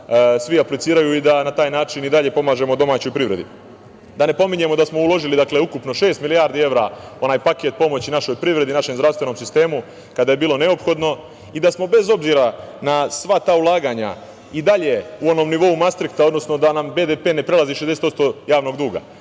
svi apliciraju i da na taj način i dalje pomažemo domaćoj privredi. Da ne pominjemo da smo uložili ukupno šest milijardi evra, onaj paket pomoći našoj privredi, našem zdravstvenom sistemu kada je bilo neophodno, i da smo bez obzira na sva ta ulaganja i dalje u onom nivou mastrihta, odnosno, da nam BDP ne prelazi 60% javnog duga. Prema